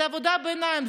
זה עבודה בעיניים.